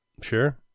Sure